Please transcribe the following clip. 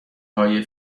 های